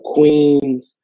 Queens